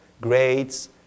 grades